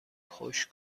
خشک